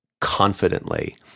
confidently